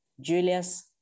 Julius